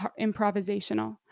improvisational